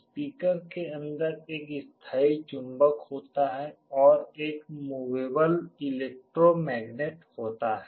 speaker के अंदर एक स्थायी चुंबक होता है और एक मूवेबल एलेक्ट्रोमग्नेट होता है